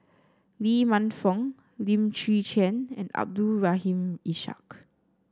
Lee Man Fong Lim Chwee Chian and Abdul Rahim Ishak